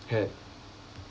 had